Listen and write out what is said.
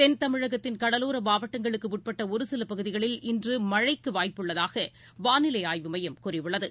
தென் தமிழகத்தின் கடலோரமாவட்டங்களுக்குஉட்பட்டஒருசிலபகுதிகளில் இன்றுமழைக்குவாய்ப்புள்ளதாகவானிலைஆய்வு மையம் கூறியுள்ளது